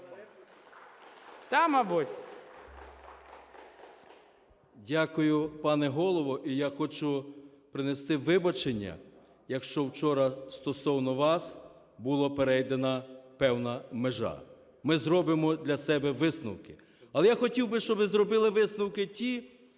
Дякую, пане Голово. І я хочу принести вибачення, якщо вчора стосовно вас була перейдена певна межа. Ми зробимо для себе висновки. Але я хотів би, щоб і зробили висновки ті,